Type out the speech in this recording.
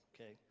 Okay